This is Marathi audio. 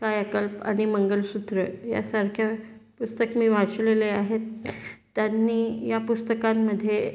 कायाकल्प आणि मंगलसूत्र यासारख्या पुस्तक मी वाचलेलं आहेत त्यांनी या पुस्तकांमध्ये